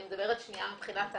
אני מדברת מבחינת העבירה.